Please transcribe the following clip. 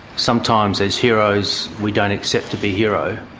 sometimes there's heroes we don't accept to be heroes,